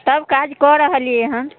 तब काज कऽ रहलिए हेँ